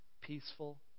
peaceful